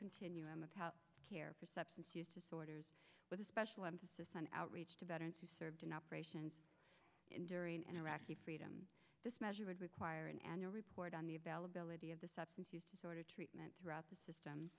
continuum of health care for substance use disorders with a special emphasis on outreach to veterans who served in operation enduring and iraqi freedom this measure would require an annual report on the availability of the substance use disorder treatment throughout the system